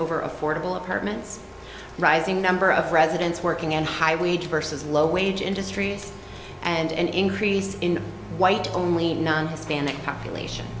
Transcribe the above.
over affordable of hartmann's rising number of residents working and high wage versus low wage industries and an increase in white only nine hispanic population